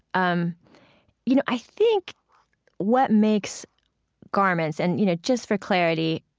um you know, i think what makes garments and, you know, just for clarity,